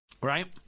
Right